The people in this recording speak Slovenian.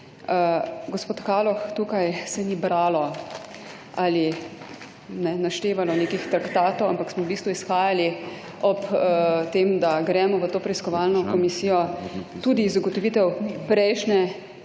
Gospod Kaloh, tukaj se ni bralo ali, kajne, naštevalo nekih traktatov, ampak smo v bistvu izhajali ob tem, da gremo v to preiskovalno komisijo, tudi iz ugotovitev prejšnje